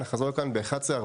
נחזור לכאן ב-11:45.